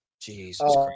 Jesus